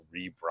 rebrand